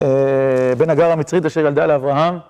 בן הגר המצרית אשר ילדה לאברהם